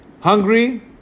Hungry